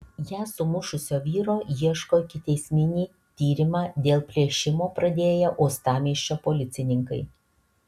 ją sumušusio vyro ieško ikiteisminį tyrimą dėl plėšimo pradėję uostamiesčio policininkai